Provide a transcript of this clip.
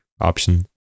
option